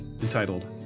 entitled